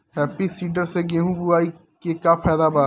Happy seeder से गेहूं बोआई के का फायदा बा?